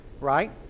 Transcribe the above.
right